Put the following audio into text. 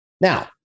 Now